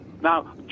Now